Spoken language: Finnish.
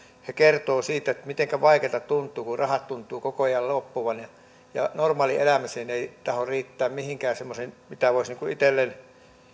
he kertovat siitä mitenkä vaikealta tuntuu kun rahat tuntuvat koko ajan loppuvan ja normaalielämiseen mihinkään semmoiseen mitä voisi itselleen